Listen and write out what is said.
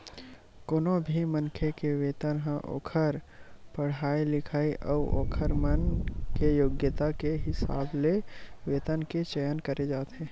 कोनो भी मनखे के वेतन ह ओखर पड़हाई लिखई अउ ओखर मन के योग्यता के हिसाब ले वेतन के चयन करे जाथे